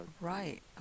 Right